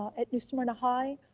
at new smyrna high,